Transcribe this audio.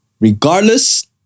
regardless